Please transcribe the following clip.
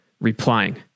replying